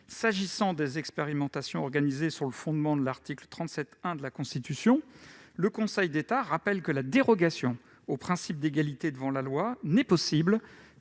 S'agissant des expérimentations organisées sur le fondement de l'article 37-1 de la Constitution, le Conseil d'État rappelle que la dérogation au principe d'égalité devant la loi n'est possible